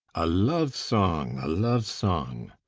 a love-song, a love-song.